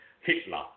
Hitler